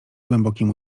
głębokim